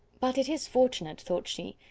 but it is fortunate, thought she,